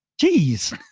jeez.